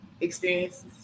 experiences